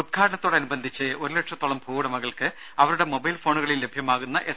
ഉദ്ഘാടനത്തോടനുബന്ധിച്ച് ഒരു ലക്ഷത്തോളം ഭൂവുടമകൾക്ക് അവരുടെ മൊബൈൽ ഫോണുകളിൽ ലഭ്യമാകുന്ന എസ്